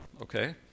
okay